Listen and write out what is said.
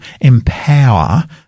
empower